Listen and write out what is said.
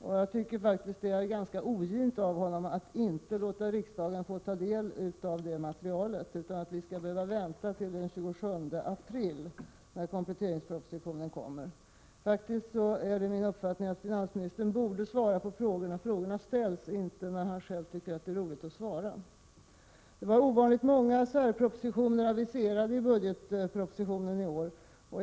Då tycker jag faktiskt att det är ganska ogint av honom att inte låta riksdagen få ta del av det materialet, utan att vi skall behöva vänta till den 27 april, då kompletteringspropositionen kommer. Min uppfattning är faktiskt att finansministern borde svara på frågorna när frågorna ställs och inte när han själv tycker att det är roligt att svara. Det var ovanligt många särpropositioner som aviserades i budgetpropositionen i år.